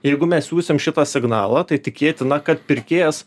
jeigu mes siųsim šitą signalą tai tikėtina kad pirkėjas